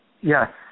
Yes